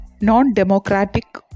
non-democratic